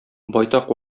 байтак